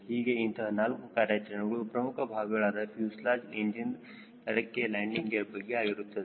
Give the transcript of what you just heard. ಹೀಗೆ ಇಂತಹ ನಾಲ್ಕು ಕಾರ್ಯಾಚರಣೆಗಳು ಪ್ರಮುಖ ಭಾಗಗಳಾದ ಫ್ಯೂಸೆಲಾಜ್ ಇಂಜಿನ್ ರೆಕ್ಕೆ ಲ್ಯಾಂಡಿಂಗ್ ಗೇರ್ ಬಗ್ಗೆ ಆಗಿರುತ್ತದೆ